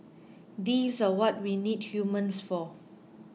these are what we need humans for